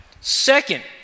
Second